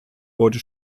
wurde